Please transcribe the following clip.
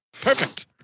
Perfect